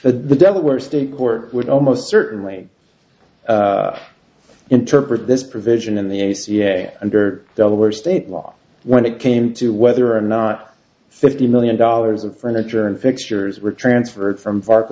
were state court would almost certainly interpret this provision in the ace yeah under delaware state law when it came to whether or not fifty million dollars of furniture and fixtures were transferred from far